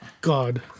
God